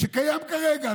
שקיים כרגע.